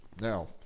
Now